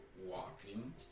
walking